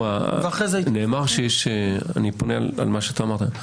אני פונה בעקבות מה שאתה אמרת,